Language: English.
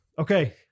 okay